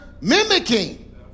mimicking